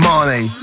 Money